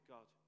God